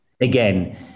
again